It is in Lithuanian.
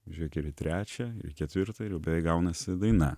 žiūrėk ir į trečią ketvirtą ir jau beveik gaunasi daina